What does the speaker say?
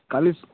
କାଲି